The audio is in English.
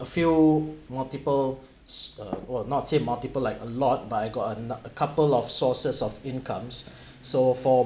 few multiples uh oh not say multiple like a lot but I got a n~ a couple of sources of incomes so for